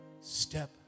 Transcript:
step